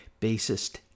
bassist